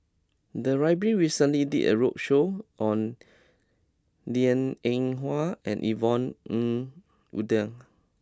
the library recently did a roadshow on Liang Eng Hwa and Yvonne Ng Uhde